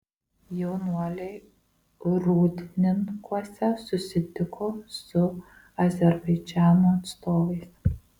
jaunuoliai rūdninkuose susitiko su azerbaidžano atstovais